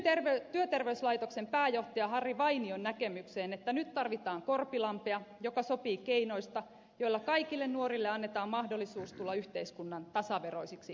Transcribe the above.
yhdyn työterveyslaitoksen pääjohtajan harri vainion näkemykseen että nyt tarvitaan korpilampea joka sopii keinoista joilla kaikille nuorille annetaan mahdollisuus tulla yhteiskunnan tasaveroisiksi jäseniksi